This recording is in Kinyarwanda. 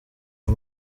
uyu